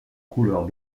couleurs